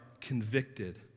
convicted